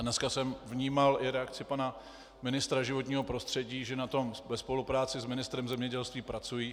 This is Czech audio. Dnes jsem vnímal i reakci pana ministra životního prostředí, že na tom ve spolupráci s ministrem zemědělství pracují.